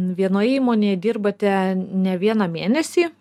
vienoje įmonėje dirbate ne vieną mėnesį